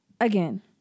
again